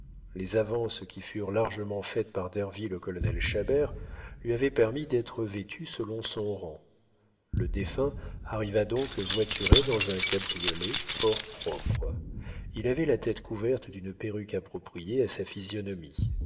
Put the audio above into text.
les avances qui furent largement faites par derville au colonel chabert lui avaient permis d'être vêtu selon son rang le défunt arriva donc voituré dans un cabriolet fort propre il avait la tête couverte d'une perruque appropriée à sa physionomie